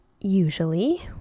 usually